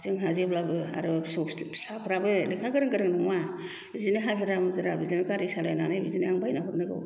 जोंहा जेब्लाबो आरो फिसौ फिथाय फिसाफ्राबो लेखा गोरों गोरों नङा बिदिनो हाजिरा मुजिरा बिदिनो गारि सालायनानै बिदिनो आं बायनानै हरनायखौ